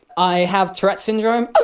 i have tourette's syndrome.